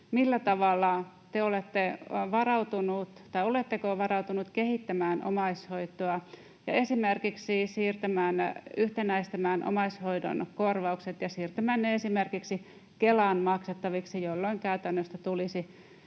sen sijaan omaishoidosta: oletteko varautunut kehittämään omaishoitoa ja esimerkiksi yhtenäistämään omaishoidon korvaukset ja siirtämään ne esimerkiksi Kelan maksettaviksi, jolloin käytännöstä tulisi